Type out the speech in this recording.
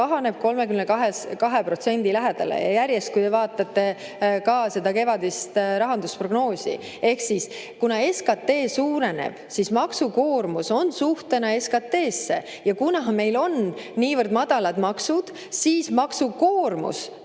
kahaneb 32% lähedale ja järjest [rohkem], kui te vaatate ka seda kevadist rahandusprognoosi. Ehk siis, kuna SKT suureneb – maksukoormus on suhtena SKT‑sse – ja kuna meil on niivõrd madalad maksud, siis maksukoormus